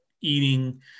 eating